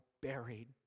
buried